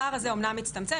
הפער הזה אמנם הצטמצם,